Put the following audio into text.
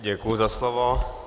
Děkuji za slovo.